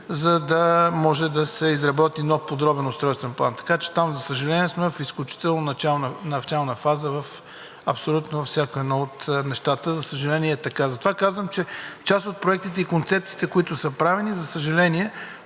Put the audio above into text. за да може да се изработи нов подробен устройствен план. Така че там, за съжаление, сме в изключително начална фаза в абсолютно всяко едно от нещата. За съжаление, е така. Затова казвам, че част от проектите и концепциите, които са правени, за съжаление,